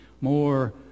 more